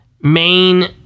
main